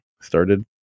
started